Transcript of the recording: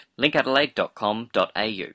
linkadelaide.com.au